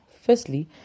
Firstly